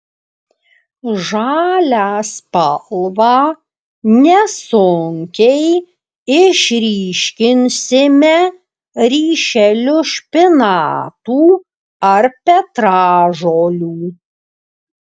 žalią spalvą nesunkiai išryškinsime ryšeliu špinatų ar petražolių